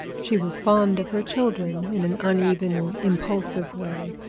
she was fond of her children in an uneven, impulsive way.